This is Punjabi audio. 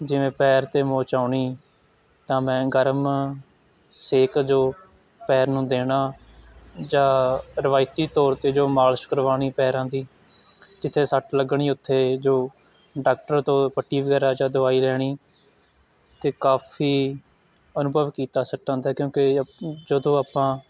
ਜਿਵੇਂ ਪੈਰ 'ਤੇ ਮੋਚ ਆਉਣੀ ਤਾਂ ਮੈਂ ਗਰਮ ਸੇਕ ਜੋ ਪੈਰ ਨੂੰ ਦੇਣਾ ਜਾਂ ਰਵਾਇਤੀ ਤੌਰ 'ਤੇ ਜੋ ਮਾਲਸ਼ ਕਰਵਾਉਣੀ ਪੈਰਾਂ ਦੀ ਜਿੱਥੇ ਸੱਟ ਲੱਗਣੀ ਉੱਥੇ ਜੋ ਡਾਕਟਰ ਤੋਂ ਪੱਟੀ ਵਗੈਰਾ ਜਾਂ ਦਵਾਈ ਲੈਣੀ ਅਤੇ ਕਾਫੀ ਅਨੁਭਵ ਕੀਤਾ ਸੱਟਾਂ 'ਤੇ ਕਿਉਂਕਿ ਜਦੋਂ ਆਪਾਂ